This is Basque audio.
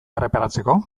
erreparatzeko